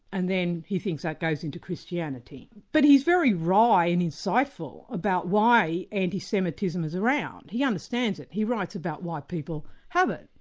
and then he thinks that goes into christianity. but he's very wry and insightful about why anti-semitism is around. he understands it, he writes about why people have it,